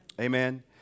Amen